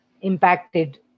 impacted